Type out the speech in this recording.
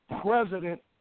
president